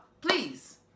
please